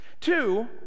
Two